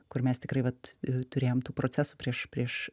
kur mes tikrai vat turėjom tų procesų prieš prieš